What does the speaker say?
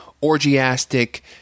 orgiastic